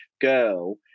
girl